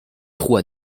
trous